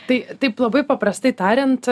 tai taip labai paprastai tariant